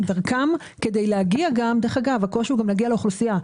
דרך אגב הקושי הוא גם להגיע לאוכלוסייה.